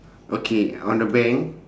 okay on the bank